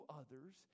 others